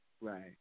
Right